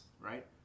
right